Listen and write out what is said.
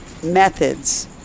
methods